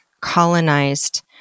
colonized